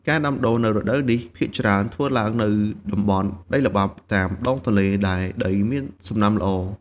ការដាំដុះនៅរដូវនេះភាគច្រើនធ្វើឡើងនៅតំបន់ដីល្បាប់តាមដងទន្លេ ដែលដីមានសំណើមល្អ។